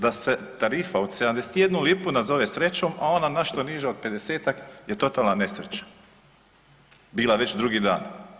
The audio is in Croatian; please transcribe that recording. Da se tarifa od 71 lipu nazove srećom, a ona nešto niža od 50-tak je totalna nesreća bila već drugi dan.